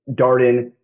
Darden